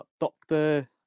Doctor